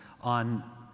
on